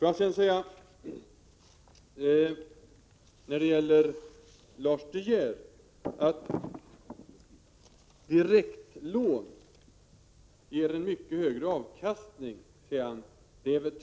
Lars De Geer säger att det är tveksamt om direktlån ger mycket högre avkastning.